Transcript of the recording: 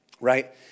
right